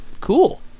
cool